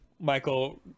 Michael